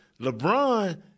LeBron